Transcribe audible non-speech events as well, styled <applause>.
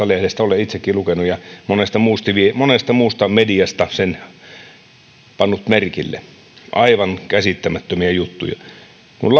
<unintelligible> lehdestä olen itsekin lukenut ja monesta muusta mediasta sen pannut merkille aivan käsittämättömiä juttuja kun <unintelligible>